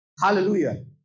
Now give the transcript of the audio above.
Hallelujah